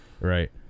right